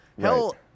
hell